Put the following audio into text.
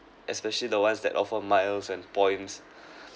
especially the ones that offer miles and points